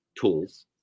tools